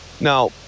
Now